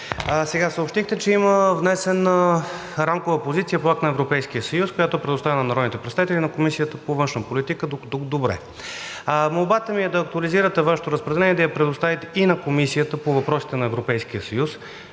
Съобщихте, че има внесена рамкова позиция по акт на Европейския съюз, която е предоставена на народните представители и на Комисията по външна политика – дотук добре. Молбата ми е да актуализирате Вашето разпределение и да я предоставите и на Комисията по въпросите на Европейския съюз.